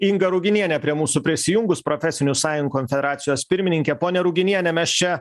inga ruginienė prie mūsų prisijungus profesinių sąjungų konfederacijos pirmininkė ponia ruginiene mes čia